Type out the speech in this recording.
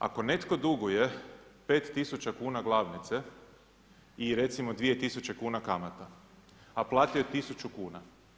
Ako netko duguje 5 tisuća kuna glavnice i recimo 2 tisuće kuna kamata a platio je tisuću kuna.